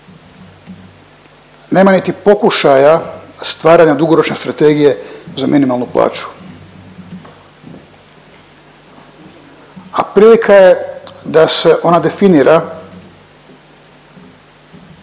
nema niti pokušaja stvaranja dugoročne strategije za minimalnu plaću, a prilika je da se ona definira